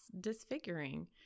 disfiguring